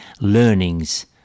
learnings